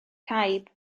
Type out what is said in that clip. caib